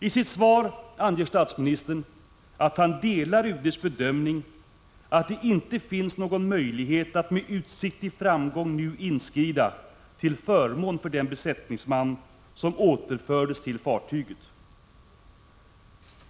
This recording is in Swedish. I sitt svar anger statsministern att han delar UD:s bedömning att det inte finns någon möjlighet att med utsikt till framgång nu inskrida till förmån för den besättningsman som återfördes till fartyget.